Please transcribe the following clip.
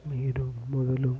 మీరు మొదలు